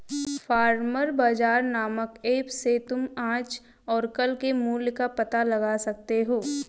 farmer Bazaar नामक app से तुम आज और कल के मूल्य का पता लगा सकते हो